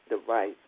device